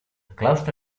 claustre